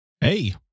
Hey